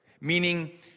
meaning